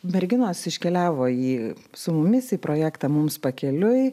merginos iškeliavo į su mumis į projektą mums pakeliui